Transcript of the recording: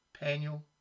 panel